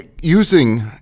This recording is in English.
Using